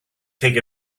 take